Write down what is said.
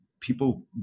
people